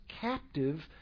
captive